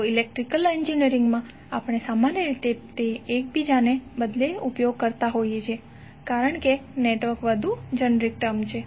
તો electrical engineering માં આપણે સામાન્ય રીતે તે બંનેનો એકબીજાની બદલે ઉપયોગ કરતા હતા કારણ કે નેટવર્ક વધુ જેનરીક ટર્મ છે